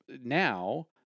now